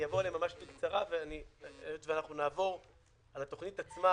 ואעבור עליהם ממש בקצרה היות ואנחנו נעבור על התוכנית עצמה.